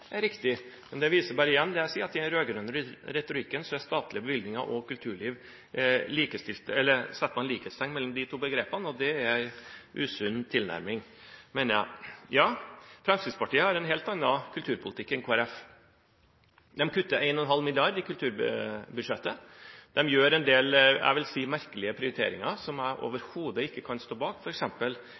Men det viser igjen bare det jeg sier, at i den rød-grønne retorikken setter man likhetstegn mellom de to begrepene «statlige bevilgninger» og «kulturliv». Det er en usunn tilnærming, mener jeg. Ja, Fremskrittspartiet har en helt annen kulturpolitikk enn Kristelig Folkeparti. De kutter 1,5 mrd. kr i kulturbudsjettet. De gjør en del – vil jeg si – merkelige prioriteringer, som jeg overhodet ikke kan stille meg bak.